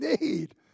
need